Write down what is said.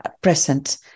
present